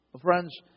Friends